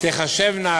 תיחשבנה